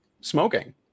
smoking